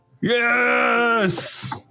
Yes